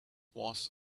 was